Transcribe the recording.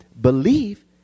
believe